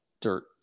dirt